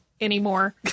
anymore